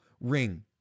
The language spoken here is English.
ring